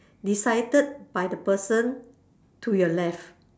decided by the person to your left